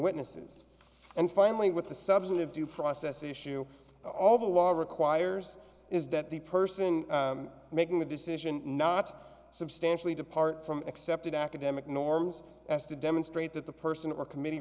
witnesses and finally with the substantive due process issue all the law requires is that the person making the decision not substantially depart from accepted academic norms as to demonstrate that the person or committe